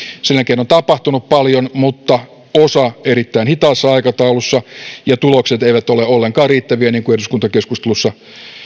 sen jälkeen on tapahtunut paljon mutta osa erittäin hitaassa aikataulussa ja tulokset eivät ole ollenkaan riittäviä niin kuin eduskuntakeskustelussa